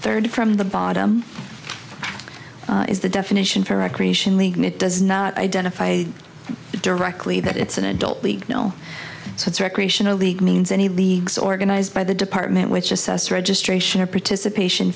third from the bottom is the definition for recreation league does not identify directly that it's an adult league no so it's recreational league means any leagues organized by the department which assessed registration or participation